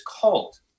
cult